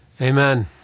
Amen